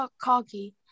cocky